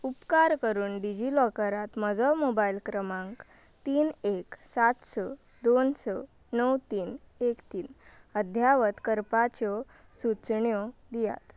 उपकार करून डिजी लॉकरांत म्हजो मोबायल क्रमांक तीन एक सात स दोन स णव तीन एक तीन अद्यावत करपाच्यो सुचोवण्यो दियात